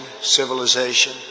civilization